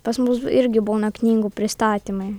pas mus irgi būna knygų pristatymai